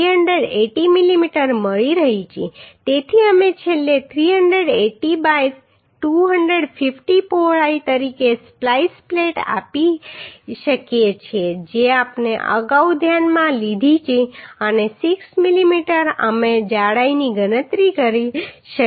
તેથી અમે છેલ્લે 380 બાય 250 પહોળાઈ તરીકે સ્પ્લાઈસ પ્લેટ આપી શકીએ છીએ જે આપણે અગાઉ ધ્યાનમાં લીધી છે અને 6 મીમી અમે જાડાઈની ગણતરી કરી છે